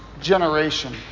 generation